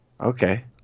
Okay